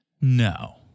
no